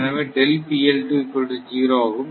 எனவே ஆகும்